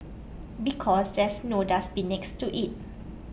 because there's no dustbin next to it